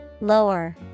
lower